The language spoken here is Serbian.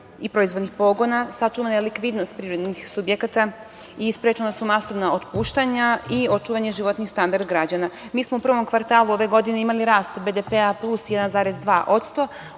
i proizvodnih pogona, sačuvana je likvidnost privrednih subjekata i sprečena su masovna otpuštanja i očuvan je životni standard građana. Mi smo u prvom kvartalu ove godine imali rast BDP-a +1,2%, što